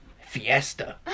fiesta